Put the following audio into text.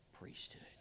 priesthood